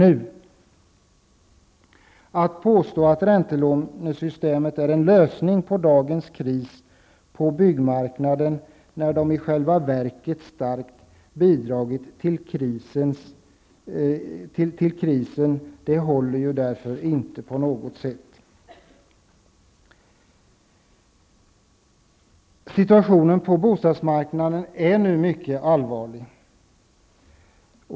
Påståendet att räntelånesystemet skulle vara en lösning på dagens kris på byggmarknaden -- i själva verket har ju räntelånen starkt bidragit till den här krisen -- håller inte på något sätt. Situationen på bostadsmarknaden är nu mycket allvarlig.